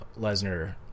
Lesnar